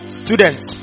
students